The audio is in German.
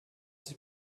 sich